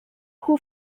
who